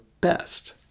best